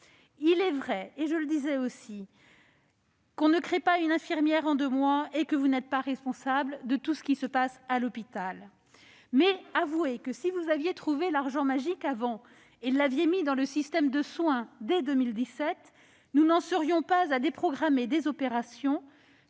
Il est vrai- je l'ai déjà dit -que l'on ne forme pas une infirmière en deux mois et que vous n'êtes pas responsable de tout ce qui se passe à l'hôpital. Mais avouez que, si vous aviez trouvé l'« argent magique » plus tôt, si vous l'aviez consacré au système de soins dès 2017, nous n'en serions pas à déprogrammer des opérations,